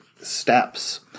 steps